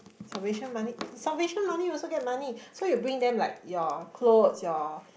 salvation money salvation money also get money so you bring them like ya close ya